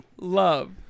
love